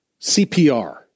CPR